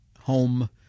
home